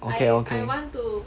okay okay